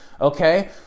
okay